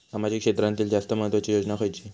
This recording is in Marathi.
सामाजिक क्षेत्रांतील जास्त महत्त्वाची योजना खयची?